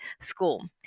School